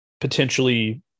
potentially